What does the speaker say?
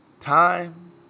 Time